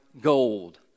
gold